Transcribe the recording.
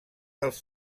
dels